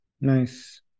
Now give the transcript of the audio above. Nice